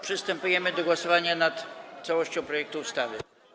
Przystępujemy do głosowania nad całością projektu ustawy.